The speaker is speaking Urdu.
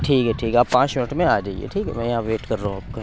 ٹھیک ہے ٹھیک ہے آپ پانچ منٹ میں آ جائیے ٹھیک ہے میں یہاں ویٹ کر رہا ہوں آپ کا